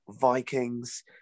Vikings